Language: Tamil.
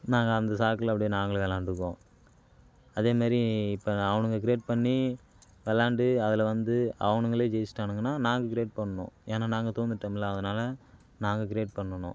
நாங்கள் அந்த சாக்குல அப்படியே நாங்களும் விளாண்டுக்குவோம் அதே மாதிரி இப்ப அவனுங்க கிரியேட் பண்ணி விளாண்டு அதுல வந்து அவனுங்களே ஜெயிச்சிட்டானுங்கன்னா நாங்கள் கிரியேட் பண்ணும் ஏன்னா நாங்கள் தோத்துட்டம்ல அதனால் நாங்கள் கிரியேட் பண்ணணும்